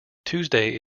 tuesday